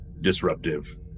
disruptive